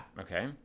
Okay